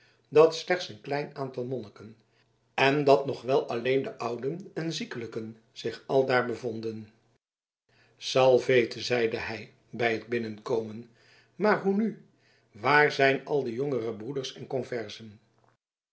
dat slechts een klein aantal monniken en dat nog wel alleen de ouden en ziekelijken zich aldaar bevonden salvete zeide hij bij het binnenkomen maar hoe nu waar zijn al de jongere broeders en